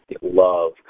love